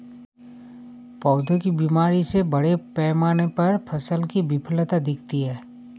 पौधों की बीमारी से बड़े पैमाने पर फसल की विफलता दिखती है